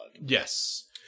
Yes